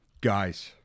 Guys